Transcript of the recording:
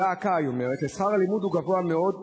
דא עקא, היא אומרת, ששכר הלימוד הוא גבוה מאוד,